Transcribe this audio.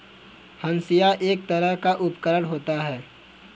हंसिआ एक तरह का उपकरण होता है